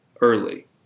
early